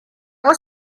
was